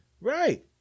Right